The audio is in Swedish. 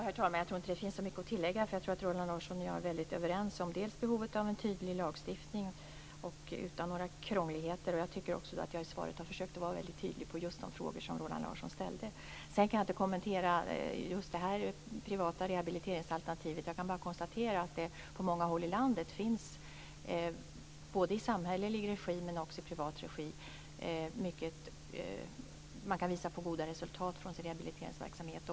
Herr talman! Jag tror inte att det finns så mycket att tillägga. Jag tror att Roland Larsson och jag är väldigt överens om behovet av en tydlig lagstiftning utan några krångligheter. Jag tycker att jag i svaret har försökt vara väldigt tydlig just vad avser de frågor som Roland Larsson ställt. Jag kan inte kommentera just det här aktuella privata rehabiliteringsalternativet. Jag kan bara konstatera att man på många håll i landet både i samhällelig och i privat regi kan visa på goda resultat från rehabiliteringsverksamhet.